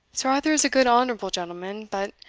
sir arthur is a good honourable gentleman but,